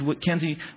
Kenzie